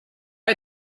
had